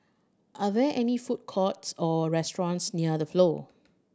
are there any food courts or restaurants near The Flow